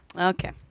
Okay